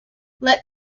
let